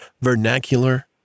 vernacular